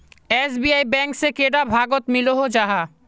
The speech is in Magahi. एस.बी.आई बैंक से कैडा भागोत मिलोहो जाहा?